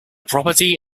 property